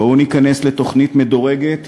בואו ניכנס לתוכנית מדורגת,